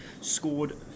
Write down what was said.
scored